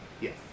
Yes